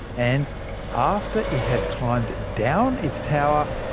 and after it had climbed down its tower,